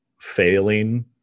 failing